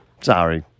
Sorry